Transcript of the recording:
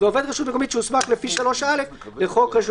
ועובד רשות מקומית שהוסמך לפי 3(א) לחוק רשויות